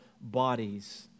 bodies